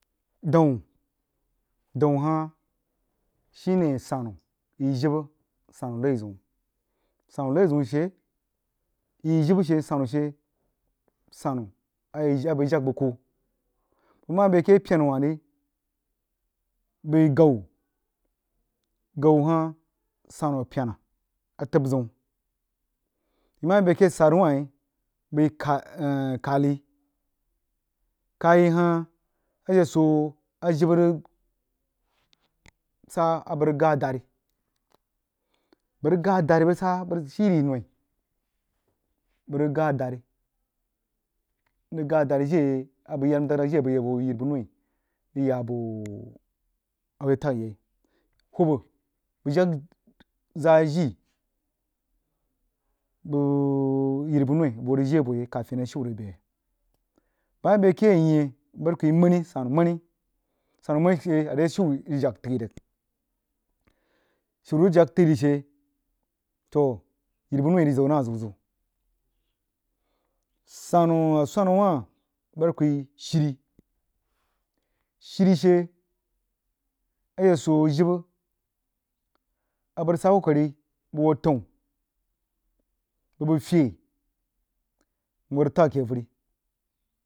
Dau daun hah shune sannu yi jibə sannu ki-zəun sannu lau zəun she yi jibə she sannu she sannu a yi abəg jag nah bəg kuh nmah bəi ake ke pyena wah ri bəi ghau, ghau hah sannu a pyena a təb zəun nmah bəi akeh sare wah ri bəi kah n khali khayi hah a she swoh a jibə rig sah a bəg rig ghah dari bəg ghah dari bəg sah bəg rig sah shiri noi bəg rig ghah jire a bəa yahd nəm dag daj jire a bəg hoo yiri bəg noi rig yal a aboh a bəg ho rig tagha yai hubba jag zaah jii bəg yiri buh noi bəg hoh rig jii abo yai kafin a shiu rig bie bəg mah bəg bəg nyeh bəg bahd kuh yi mani sannu mani sannu mani she are shiu rig jak təghi rig shiun rig jag təghai rig she toh yiri noí rig zəu nah a zəu zəu sannu a swana wah bəg bahd kuh yi shiri, shiri she a she swoh a jibə a bəg rig sah ko kari bəg hoo təun bub bəg fye mho rig tak akeh vəri